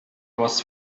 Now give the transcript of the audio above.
was